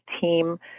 team